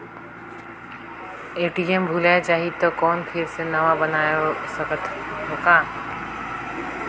ATM भुलाये जाही तो कौन फिर से नवा बनवाय सकत हो का?